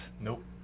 Nope